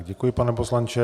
Děkuji, pane poslanče.